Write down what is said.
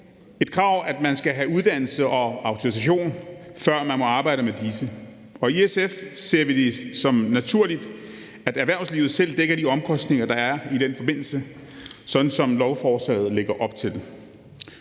et krav, at man skal have uddannelse og autorisation, før man må arbejde med disse ting. I SF ser vi det som naturligt, at erhvervslivet selv dækker de omkostninger, der er i den forbindelse, sådan som lovforslaget lægger op til.